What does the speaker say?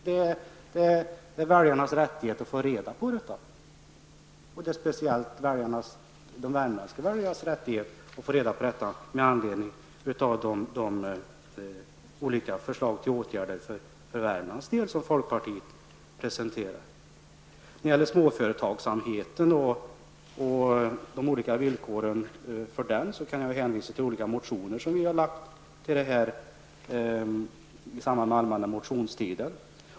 Det är väljarnas rättighet att få reda på detta, och det är speciellt de värmländska väljarnas rättighet att få reda på detta med anledning av de olika förslag till åtgärder för När det gäller småföretagsamheten och de olika villkoren för den, kan jag hänvisa till olika motioner som vi har väckt i samband med den allmänna motionstiden.